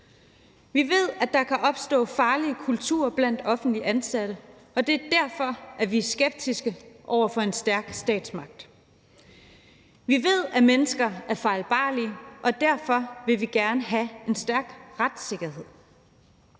Vi ved, at der kan opstå farlige kulturer blandt offentligt ansatte, og det er derfor, vi er skeptiske over for en stærk statsmagt. Vi ved, at mennesker er fejlbarlige, og derfor vil vi gerne have en stærk retssikkerhed.